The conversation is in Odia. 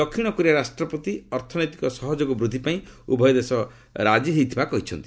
ଦକ୍ଷିଣକୋରିଆ ରାଷ୍ଟ୍ରପତି ଅର୍ଥନୈତିକ ସହଯୋଗ ବୃଦ୍ଧି ପାଇଁ ଉଭୟ ଦେଶ ରାଜି ହୋଇଛନ୍ତି